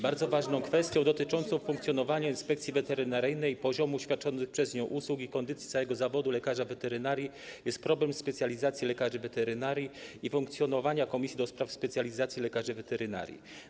Bardzo ważną kwestią dotyczącą funkcjonowania Inspekcji Weterynaryjnej i poziomu świadczonych przez nią usług oraz kondycji całego zawodu lekarza weterynarii jest problem specjalizacji lekarzy weterynarii i funkcjonowania Komisji do Spraw Specjalizacji Lekarzy Weterynarii.